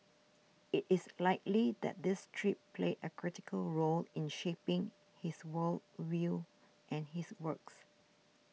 it is likely that this trip played a critical role in shaping his world view and his works